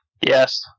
Yes